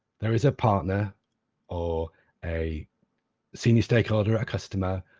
there is a partner or a senior stakeholder, a customer,